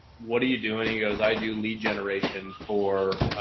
what are you doing? he goes, i do lead generation for,